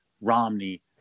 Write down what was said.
Romney